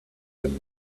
them